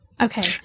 okay